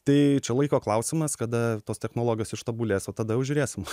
tai čia laiko klausimas kada tos technologijos ištobulės o tada jau žiūrėsim